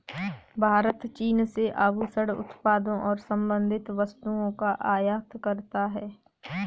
भारत चीन से आभूषण उत्पादों और संबंधित वस्तुओं का आयात करता है